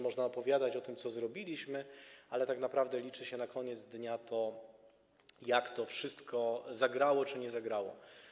Można opowiadać o tym, co zrobiliśmy, ale tak naprawdę liczy się na koniec dnia to, jak to wszystko zagrało czy nie zagrało.